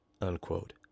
unquote